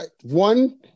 one